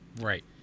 Right